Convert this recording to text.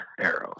arrows